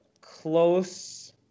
close